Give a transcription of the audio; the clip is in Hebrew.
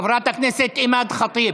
חברת הכנסת אימאן ח'טיב,